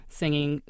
singing